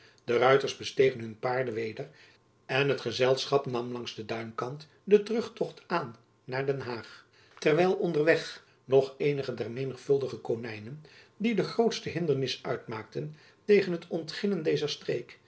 de ruiters bestegen hun paarden weder en het gezelschap nam langs den duinkant den terugtocht aan naar den haag terwijl onder weg nog eenige der menigvuldige konijnen die de grootste hindernis uitmaakten tegen het ontginnen dezer streek